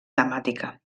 temàtica